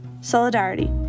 solidarity